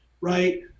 right